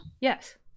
Yes